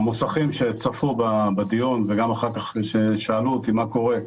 המוסכים שצפו בדיון וששאלו אותי אחר כך מה קורה,